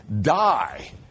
die